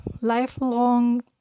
lifelong